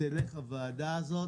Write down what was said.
תלך הוועדה הזאת.